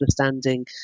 understanding